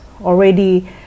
already